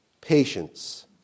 patience